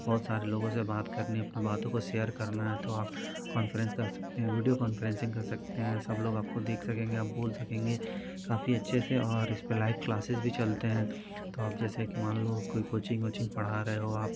बहुत सारे लोगों से बात करनी है अपने बहुतों को सेयर करना है तो आप कॉन्फ्रेंस कर सकते हैं वीडियो कॉन्फ्रेंसिंग कर सकते हैं सब लोग आपको देख सकेंगे आप बोले सकेंगे काफी अच्छे से और इसपर लाइव क्लासेस भी चलते हैं तो अब जैसे कि मान लो कोई कोचिंग ओचिंग पढ़ा रहे हो आप